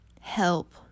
help